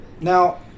Now